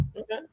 Okay